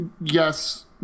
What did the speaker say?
yes